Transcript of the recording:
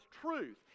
truth